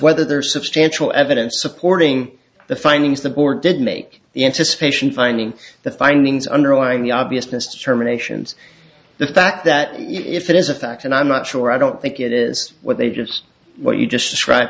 whether there are substantial evidence supporting the findings the board did make the anticipation finding the findings underlying the obviousness determinations the fact that if it is a fact and i'm not sure i don't think it is what they do it's what you just describe